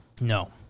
No